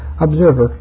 observer